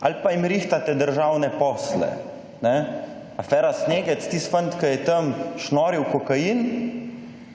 ali pa jim rihtate državne posle. Afera »snegec«, tisti fant ki je tam šnoril kokain,